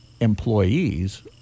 employees